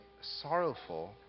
sorrowful